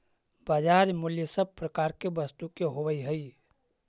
बाजार मूल्य सब प्रकार के वस्तु के होवऽ हइ